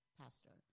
pastor